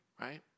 Right